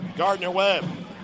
Gardner-Webb